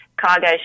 cargo